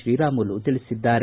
ಶ್ರೀರಾಮುಲು ತಿಳಿಸಿದ್ದಾರೆ